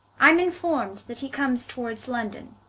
i am inform'd that he comes towards london,